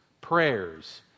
prayers